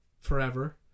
Forever